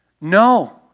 No